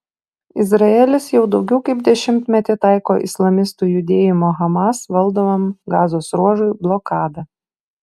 izraelis jau daugiau kaip dešimtmetį taiko islamistų judėjimo hamas valdomam gazos ruožui blokadą